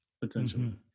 potentially